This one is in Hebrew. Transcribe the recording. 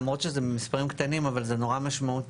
למרות שזה במספרים קטנים אבל זה ממש משמעותי